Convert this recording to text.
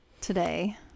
today